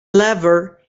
lever